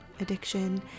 addiction